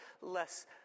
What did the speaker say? less